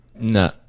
No